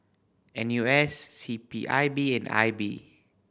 N U S C P I B and I B